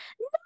No